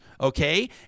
Okay